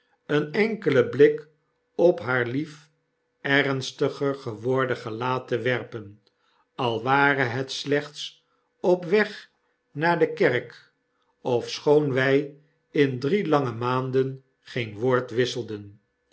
een enkelen blik op haar lief ernstiger geworden gelaat te werpen al ware het slechts op weg naar de kerk ofschoon wy in drie iange maanden geen woord wisselden